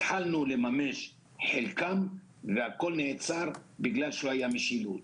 התחלנו לממש את חלקם אבל הכול נעצר בגלל שלא הייתה משילות.